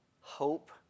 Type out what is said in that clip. hope